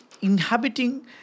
inhabiting